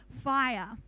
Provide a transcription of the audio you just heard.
fire